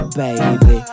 baby